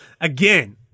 again